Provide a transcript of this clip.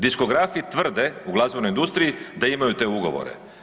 Diskografi tvrde u glazbenoj industriji da imaju te ugovore.